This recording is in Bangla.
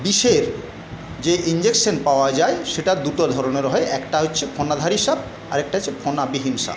বিষের যে ইঞ্জেকশন পাওয়া যায় সেটা দুটো ধরনের হয় একটা হচ্ছে ফণাধারী সাপ আর একটা হচ্ছে ফণাবিহীন সাপ